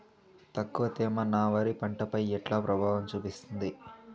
తక్కువ తేమ నా వరి పంట పై ఎట్లా ప్రభావం చూపిస్తుంది?